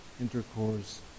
intercourse